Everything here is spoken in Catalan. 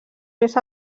més